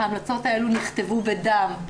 ההמלצות האלה נכתבו בדם,